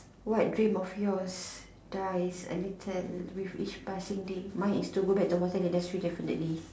what dream of yours dies a little which each passing day mine is to go back to hotel industry definitely